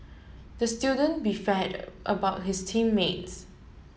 the student about his team mates